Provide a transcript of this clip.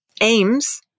aims